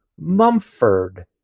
Mumford